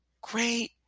Great